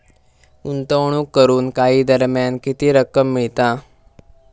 गुंतवणूक करून काही दरम्यान किती रक्कम मिळता?